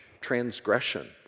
transgression